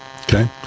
okay